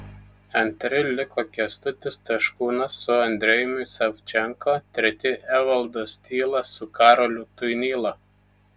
antri liko kęstutis taškūnas su andrejumi savčenko treti evaldas tylas su karoliu tuinyla